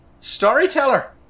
storyteller